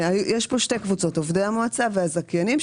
יש פה שתי קבוצות: עובדי המועצה והזכיינים.